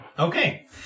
Okay